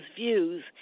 views